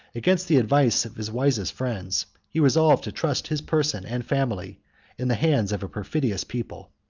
against the advice of his wisest friends, he resolved to trust his person and family in the hands of a perfidious people.